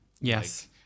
yes